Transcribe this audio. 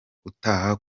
utaha